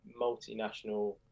multinational